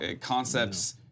concepts